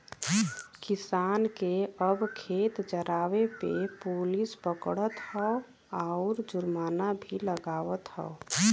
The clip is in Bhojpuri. किसान के अब खेत जरावे पे पुलिस पकड़त हौ आउर जुर्माना भी लागवत हौ